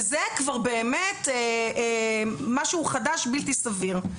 וזה כבר משהו חדש ובלתי סביר.